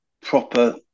proper